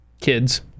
kids